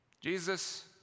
Jesus